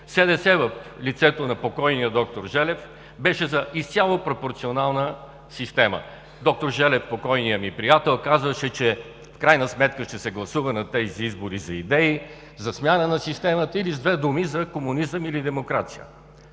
СДС в лицето на покойния доктор Желев, беше за изцяло пропорционална система. Доктор Желев, покойният ми приятел, казваше, че в крайна сметка ще се гласува на тези избори за идеи, за смяна на системата, или с две думи: за комунизъм или за демокрация.